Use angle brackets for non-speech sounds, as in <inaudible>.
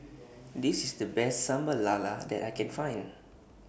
<noise> This IS The Best Sambal Lala that I Can Find